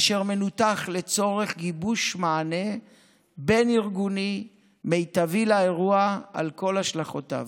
אשר מנותח לצורך גיבוש מענה בין-ארגוני מיטבי לאירוע על כל השלכותיו.